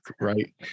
Right